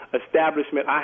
establishment